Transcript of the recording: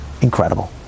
Incredible